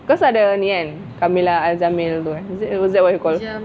cause ada ni kan jamil is it is that what you call her